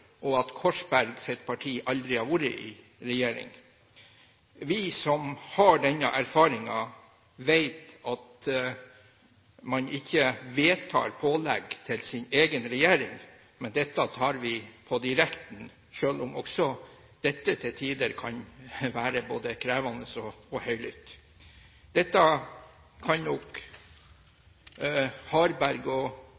og at Korsbergs parti aldri har vært i regjering. Vi som har denne erfaringen, vet at man ikke vedtar pålegg til sin egen regjering, men tar det opp direkte – selv om også dette til tider kan være både krevende og høylytt. Dette kan